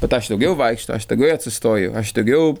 bet aš daugiau vaikštau aš tagui atsistoju aš daugiau